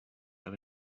have